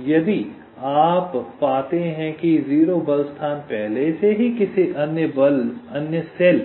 इसलिए यदि आप पाते हैं कि 0 बल स्थान पर पहले से ही किसी अन्य सेल